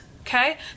okay